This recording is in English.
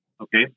Okay